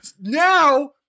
now